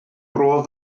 bro